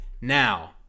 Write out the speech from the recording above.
Now